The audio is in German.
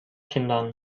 kindern